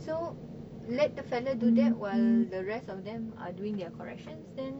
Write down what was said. so let the fella do that while the rest of them are doing their corrections then